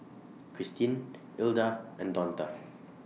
Cristine Ilda and Donta